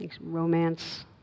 romance